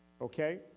Okay